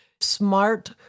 smart